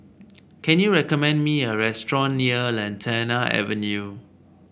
can you recommend me a restaurant near Lantana Avenue